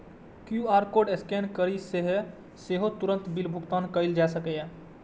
QR code scan करि कें सेहो तुरंत बिल भुगतान कैल जा सकैए